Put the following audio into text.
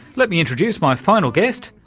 let me introduce my final guest,